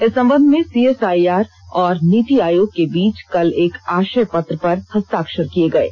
इस संबंध में सीएसआईआर और नीति आयोग के बीच कल एक आशय पत्र पर हस्ताक्षर किये गये